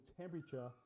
temperature